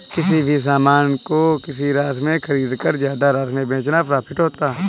किसी भी सामान को किसी राशि में खरीदकर ज्यादा राशि में बेचना प्रॉफिट होता है